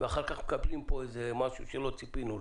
ואחר כך מקבלים כאן משהו שלא ציפינו לו.